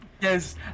Yes